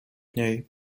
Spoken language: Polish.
niej